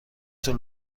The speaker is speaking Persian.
طول